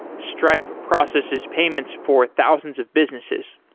stripe processes payments for thousands of businesses.